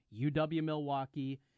UW-Milwaukee